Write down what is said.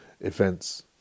events